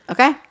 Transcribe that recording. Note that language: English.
Okay